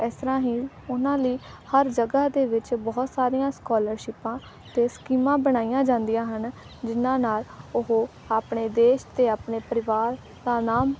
ਇਸ ਤਰ੍ਹਾਂ ਹੀ ਉਹਨਾਂ ਲਈ ਹਰ ਜਗ੍ਹਾ ਦੇ ਵਿੱਚ ਬਹੁਤ ਸਾਰੀਆਂ ਸਕੋਲਰਸ਼ਿਪਾਂ ਅਤੇ ਸਕੀਮਾਂ ਬਣਾਈਆਂ ਜਾਂਦੀਆਂ ਹਨ ਜਿਹਨਾਂ ਨਾਲ ਉਹ ਆਪਣੇ ਦੇਸ਼ ਅਤੇ ਆਪਣੇ ਪਰਿਵਾਰ ਦਾ ਨਾਮ